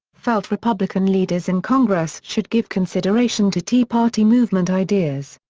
felt republican leaders in congress should give consideration to tea party movement ideas.